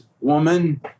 woman